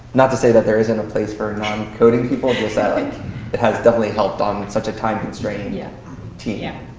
not to say that there isn't a place for non-coding people, just that like it has definitely helped on such a time-constrained yeah team.